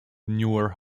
newer